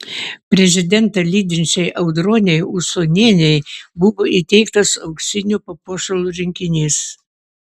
prezidentą lydinčiai audronei usonienei buvo įteiktas auksinių papuošalų rinkinys